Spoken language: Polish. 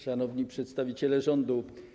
Szanowni Przedstawiciele Rządu!